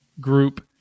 group